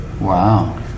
Wow